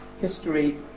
history